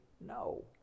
no